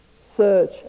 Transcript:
search